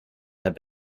had